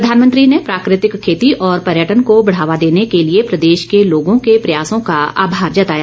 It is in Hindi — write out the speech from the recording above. प्रधानमंत्री ने प्राकृतिक खेती और पर्यटन को बढ़ावा देने के लिए प्रदेश के लोगों के प्रयासों का आभार जताया